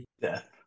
death